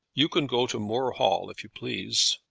you can go to moor hall if you please.